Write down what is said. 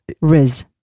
Riz